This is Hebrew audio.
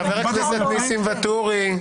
--- חבר הכנסת ניסים ואטורי.